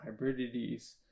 hybridities